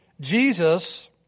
Jesus